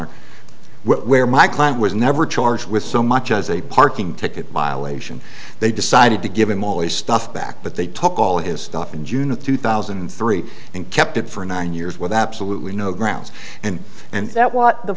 or where my client was never charged with so much as a parking ticket violation they decided to give him all his stuff back but they took all his stuff in june of two thousand and three and kept it for nine years with absolutely no grounds and and that what the